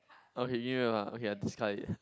okay you knew ah okay I discard it